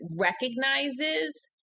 recognizes